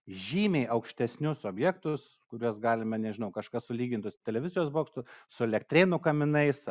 žymiai aukštesnius objektus kuriuos galime nežinau kažkas sulygintų su televizijos bokštu su elektrėnų kaminais